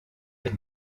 that